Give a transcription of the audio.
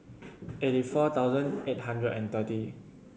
eighty four thousand eight hundred and thirty